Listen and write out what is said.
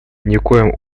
никоим